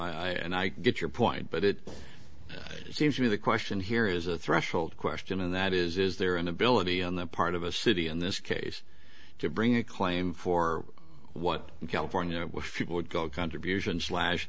weeds and i get your point but it seems to me the question here is a threshold question and that is is there an ability on the part of a city in this case to bring a claim for what california would go contribution slash